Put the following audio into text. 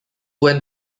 went